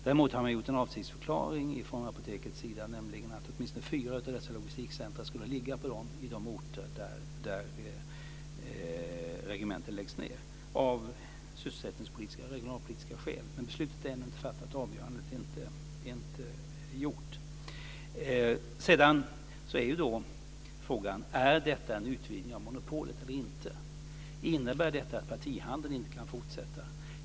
Däremot har man gjort en avsiktsförklaring från Apotekets sida, nämligen att åtminstone fyra av dessa logistikcentrum ska ligga på de orter där regementen läggs ned av sysselsättningspolitiska och regionalpolitiska skäl. Men beslutet är ännu inte fattat, och avgörandet är inte gjort. Frågan är om detta är en utvidgning av monopolet eller inte. Innebär detta att partihandeln inte kan fortsätta?